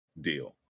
deal